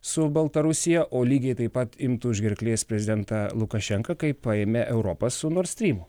su baltarusija o lygiai taip pat imtų už gerklės prezidentą lukašenką kaip paėmė europą su nord strymų